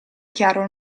chiaro